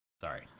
Sorry